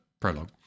prologue